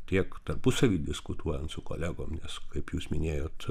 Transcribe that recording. tiek tarpusavy diskutuojant su kolegom nes kaip jūs minėjot